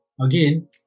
Again